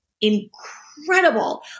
incredible